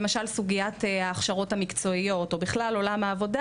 למשל כל סוגיית ההכשרות המקצועיות או בכלל עולם העבודה.